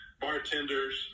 bartenders